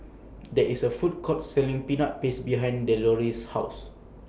There IS A Food Court Selling Peanut Paste behind Deloris' House